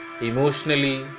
emotionally